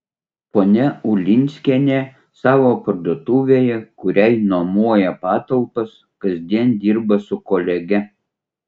ponia ulinskienė savo parduotuvėje kuriai nuomoja patalpas kasdien dirba su kolege